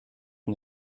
dem